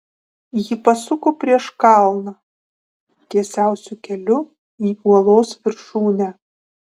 ji pasuko prieš kalną tiesiausiu keliu į uolos viršūnę